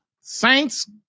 saints